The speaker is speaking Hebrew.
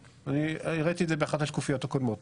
הראיתי את זה באחת השקופיות הקודמות,